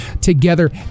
together